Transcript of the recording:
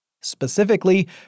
Specifically